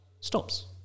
stops